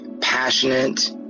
passionate